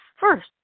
first